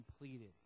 completed